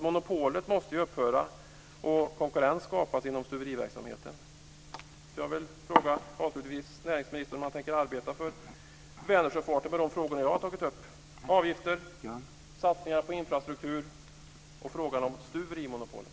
Monopolet måste upphöra och konkurrens skapas inom stuveriverksamheten. Jag vill avslutningsvis fråga näringsministern om han tänker arbeta för Vänersjöfarten utifrån de frågor jag har tagit upp. Det gäller avgifter, satsningar på infrastruktur och stuverimonopolet.